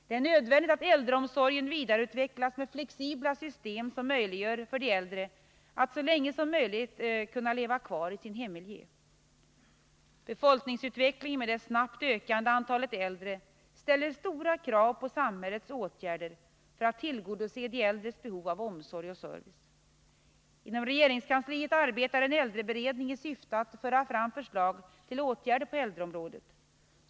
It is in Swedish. Det är nödvändigt att äldreomsorgen vidareutvecklas med flexibla system, som möjliggör för de äldre att så länge som möjligt kunna vara kvar i sin hemmiljö. Befolkningsutvecklingen med det snabbt ökande antalet äldre ställer stora krav på samhällets åtgärder för att tillgodose de äldres behov av omsorg och service. Inom regeringskansliet arbetar en äldreberedning i syfte att föra fram förslag till åtgärder på äldreområdet.